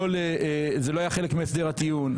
זה לא היה חלק מהסדר הטיעון,